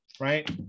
right